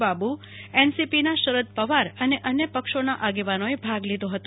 બાબુ એનસીપીના શરદ પવાર અને અન્ય પક્ષોના આગેવાનો ભાગ લઈ રહ્યા છે